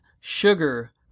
sugar